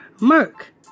Merc